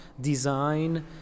design